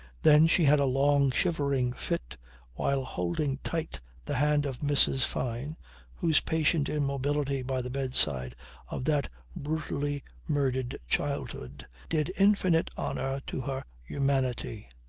then she had a long shivering fit while holding tight the hand of mrs. fyne whose patient immobility by the bedside of that brutally murdered childhood did infinite honour to her humanity.